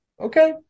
Okay